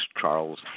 Charles